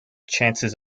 chances